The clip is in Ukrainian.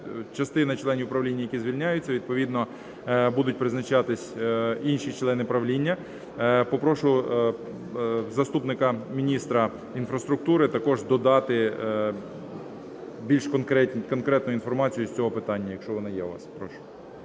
частина членів правління, які звільняються, відповідно будуть призначатись інші члени правління. Попрошу заступника міністра інфраструктури також додати більш конкретну інформацію з цього питання, якщо вона є у вас. Прошу.